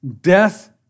death